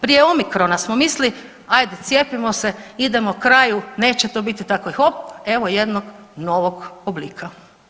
Prije omikrona smo mislili, ajde cijepimo se idemo kraju, neće to biti tako i hop evo jednog novog oblika.